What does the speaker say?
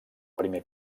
primer